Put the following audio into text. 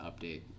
update